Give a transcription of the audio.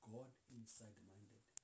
God-inside-minded